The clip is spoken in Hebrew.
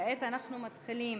כעת אנחנו מתחילים